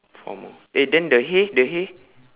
four more eh and then the hay the hay